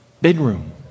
bedroom